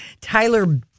Tyler